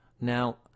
Now